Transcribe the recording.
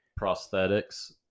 prosthetics